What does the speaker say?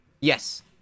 Yes